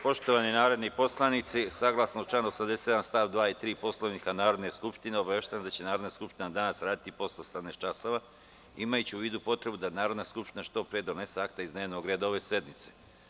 Poštovani narodni poslanici, saglasno članu 87. st. 2. i 3. Poslovnika Narodne skupštine, obaveštavam vas da će Narodna skupština danas raditi i posle 18,00 časova, imajući u vidu potrebu da Narodna skupština što pre donese akta iz dnevnog reda ove sednice.